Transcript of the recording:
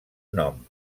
nom